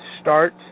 start